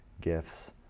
gifts